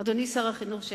אדוני שר החינוך,